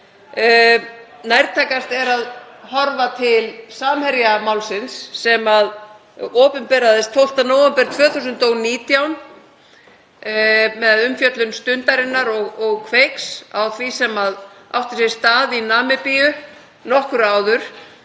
Nærtækast er að horfa til Samherjamálsins sem opinberaðist 12. nóvember 2019 með umfjöllun Stundarinnar og Kveiks á því sem átti sér stað í Namibíu nokkru áður